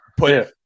Put